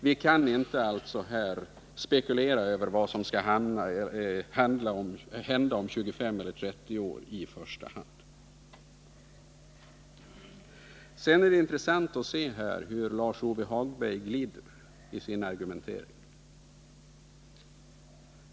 Vi kan inte här i första hand spekulera över vad som skall hända om 25 eller 30 år. Sedan är det intressant att se hur Lars-Ove Hagberg glider i sin argumentering.